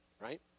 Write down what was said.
right